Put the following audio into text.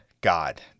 God